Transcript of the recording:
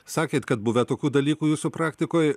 sakėt kad buvę tokių dalykų jūsų praktikoj